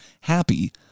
happy